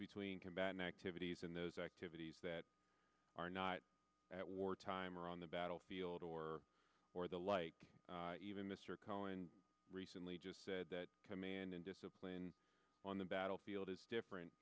between combatant activities and those activities that are not at war time or on the battlefield or or the like even mr cohen recently just said that command and discipline on the battlefield is different